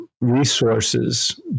resources